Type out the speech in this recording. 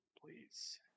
please